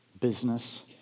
business